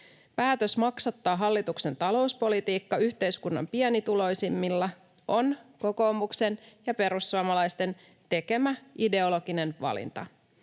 Päätös maksattaa hallituksen talouspolitiikka yhteiskunnan pienituloisimmilla on kokoomuksen ja perussuomalaisten tekemä ideologinen valinta